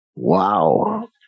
Wow